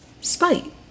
Spite